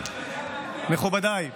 גם אבי מעוז.